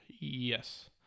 Yes